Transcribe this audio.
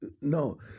No